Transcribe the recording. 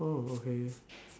oh okay